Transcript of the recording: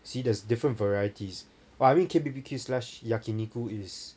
see there's different varieties but I mean K_B_B_Q slash yakiniku is